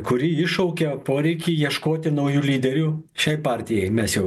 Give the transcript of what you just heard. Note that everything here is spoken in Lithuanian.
kuri iššaukia poreikį ieškoti naujų lyderių šiai partijai mes jau